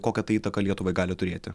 kokią tai įtaką lietuvai gali turėti